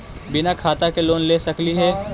बिना खाता के लोन ले सकली हे?